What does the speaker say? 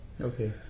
Okay